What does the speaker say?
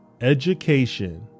Education